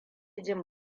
jin